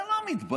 אתה לא מתבייש?